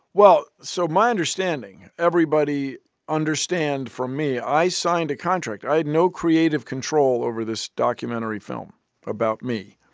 well, so my understanding everybody understand for me, i signed a contract. i had no creative control over this documentary film about me.